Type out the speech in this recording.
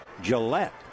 Gillette